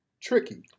tricky